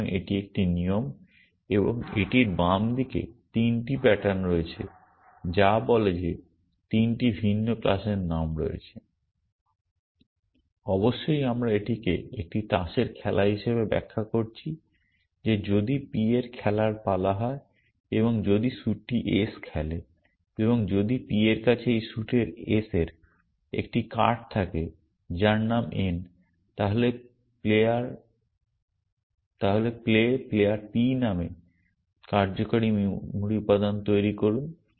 সুতরাং এটি একটি নিয়ম এবং এটির বাম দিকে 3টি প্যাটার্ন রয়েছে যা বলে যে 3টি ভিন্ন ক্লাসের নাম রয়েছে । অবশ্যই আমরা এটিকে একটি তাসের খেলা হিসাবে ব্যাখ্যা করছি যে যদি p এর খেলার পালা হয় এবং যদি স্যুটটি s খেলে এবং যদি p এর কাছে এই স্যুটের s এর একটি কার্ড থাকে যার নাম n তাহলে প্লে প্লেয়ার p নামে কার্যকরী মেমরি উপাদান তৈরি করুন